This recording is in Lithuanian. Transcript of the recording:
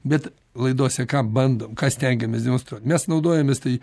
bet laidose ką bandom ką stengiamės demonstruot mes naudojamės tai